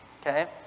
Okay